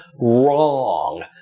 Wrong